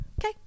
Okay